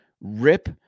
rip